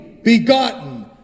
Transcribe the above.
begotten